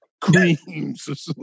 creams